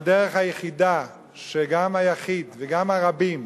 והדרך היחידה שגם היחיד וגם הרבים